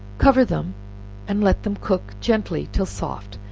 cover them and let them cook gently till soft,